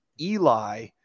Eli